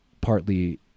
partly